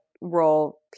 role